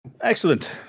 Excellent